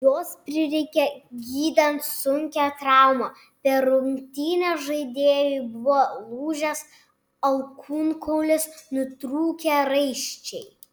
jos prireikė gydant sunkią traumą per rungtynes žaidėjui buvo lūžęs alkūnkaulis nutrūkę raiščiai